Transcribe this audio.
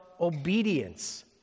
obedience